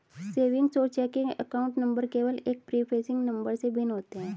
savings और checking account number केवल एक प्रीफेसिंग नंबर से भिन्न होते हैं